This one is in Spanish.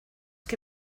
que